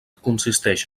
consisteix